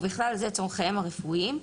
ובכלל זה צורכיהם הרפואיים,